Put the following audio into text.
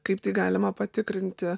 kaip tai galima patikrinti